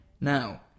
now